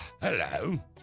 Hello